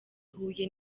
huye